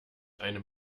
einem